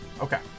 okay